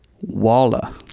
walla